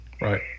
Right